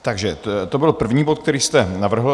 Takže to byl první bod, který jste navrhl.